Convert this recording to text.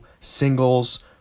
singles